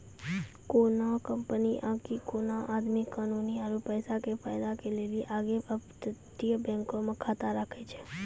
कोनो कंपनी आकि कोनो आदमी कानूनी आरु पैसा के फायदा के लेली एगो अपतटीय बैंको मे खाता राखै छै